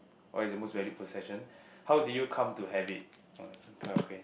what is your most valued possession how did you come to have it !wah! this one quite okay